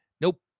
Nope